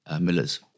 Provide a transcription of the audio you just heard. Millers